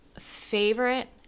favorite